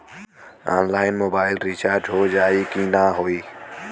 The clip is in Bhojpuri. ऑनलाइन मोबाइल रिचार्ज हो जाई की ना हो?